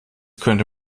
könnte